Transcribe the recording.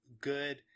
good